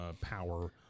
power